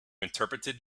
interpreted